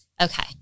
Okay